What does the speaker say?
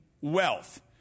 wealth